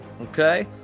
Okay